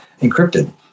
encrypted